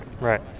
Right